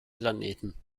planeten